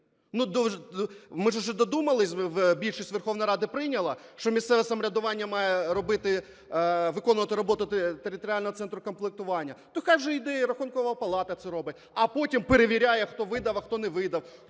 Ми ж уже додумались, більшість Верховної Ради прийняла, що місцеве самоврядування має робити, виконувати роботу територіального центру комплектування. То хай вже йде і Рахункова палата це робить, а потім перевіряє, хто видав, а хто не видав.